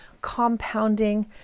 compounding